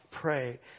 Pray